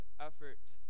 efforts